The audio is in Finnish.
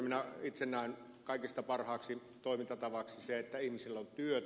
minä itse näen kaikista parhaaksi toimintatavaksi sen että ihmisillä on työtä